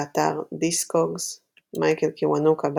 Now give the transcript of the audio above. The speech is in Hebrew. באתר Discogs מייקל קיוונוקה,